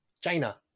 China